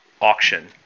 auction